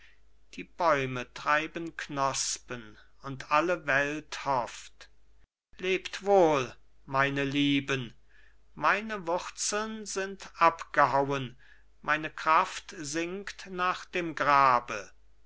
die bäume treiben knospen und alle welt hofft lebt wohl meine lieben meine wurzeln sind abgehauen meine kraft sinkt nach dem grabe